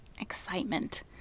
excitement